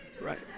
right